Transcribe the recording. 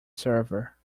server